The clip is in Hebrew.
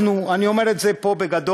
אנחנו, אני אומר את זה פה בגדול,